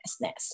business